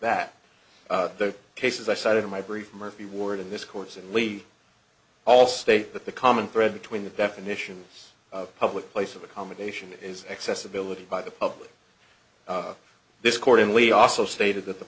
that the cases i cited in my brief murphy ward in this course and lee all state that the common thread between the definition of public place of accommodation is accessibility by the public of this court and we also stated that the